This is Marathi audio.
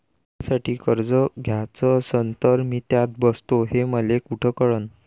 वावरासाठी कर्ज घ्याचं असन तर मी त्यात बसतो हे मले कुठ कळन?